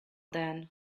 then